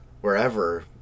wherever